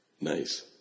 Nice